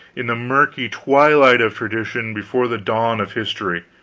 in the murky twilight of tradition, before the dawn of history,